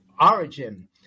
origin